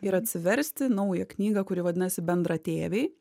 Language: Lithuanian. ir atsiversti naują knygą kuri vadinasi bendratėviai